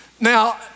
Now